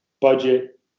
budget